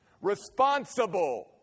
responsible